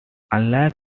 unlike